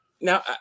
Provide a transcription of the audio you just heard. Now